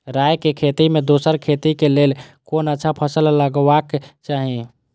राय के खेती मे दोसर खेती के लेल कोन अच्छा फसल लगवाक चाहिँ?